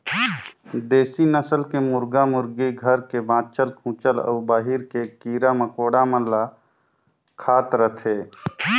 देसी नसल के मुरगा मुरगी घर के बाँचल खूंचल अउ बाहिर के कीरा मकोड़ा मन ल खात रथे